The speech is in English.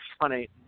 funny